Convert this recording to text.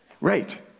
Right